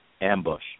ambush